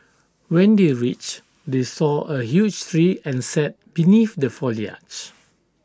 when they reached they saw A huge tree and sat beneath the foliage